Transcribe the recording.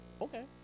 Okay